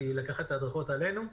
לקחת את ההדרכות עלינו.